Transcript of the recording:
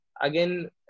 Again